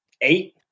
eight